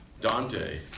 Dante